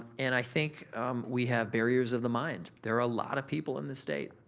and i think we have barriers of the mind. there are a lot of people in the state,